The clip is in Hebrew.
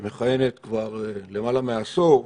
שמכהנת כבר למעלה מעשור,